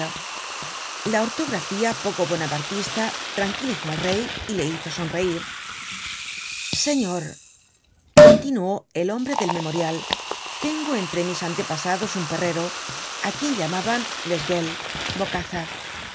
esta ortografía poco bonapartista tran quilizó al rey y le hizo sonreir señor continuó el hombre del memorial tengo entre mis antepasados un perrero á quien llamaban